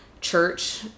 church